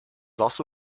also